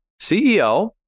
ceo